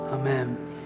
Amen